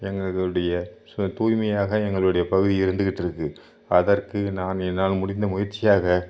எங்களுடைய து தூய்மையாக எங்களுடைய பகுதி இருந்துக்கிட்டுருக்கு அதற்கு நான் என்னால் முடிந்த முயற்சியாக